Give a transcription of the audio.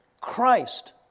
Christ